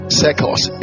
circles